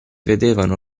vedevano